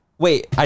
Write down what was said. Wait